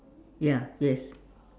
ya yes